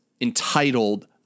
entitled